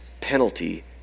penalty